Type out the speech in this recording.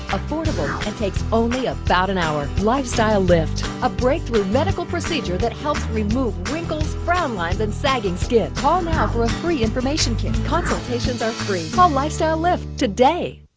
affordable, and takes only about an hour. lifestyle lift, a breakthrough medical procedure that helps remove wrinkles, frown lines and sagging skin. call now for a free information kit. consultations are free. call um lifestyle lift today.